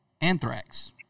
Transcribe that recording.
anthrax